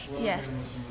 Yes